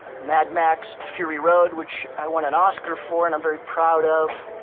mad max fury road, which i won an oscar for and i'm very proud of.